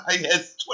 Yes